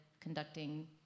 conducting